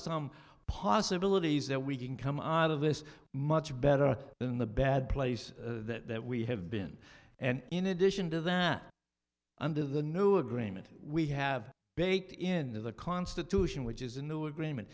some possibilities that we can come out of this much better than the bad place that we have been and in addition to that under the new agreement we have baked into the constitution which is the new agreement